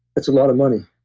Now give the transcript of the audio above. that's a lot of money.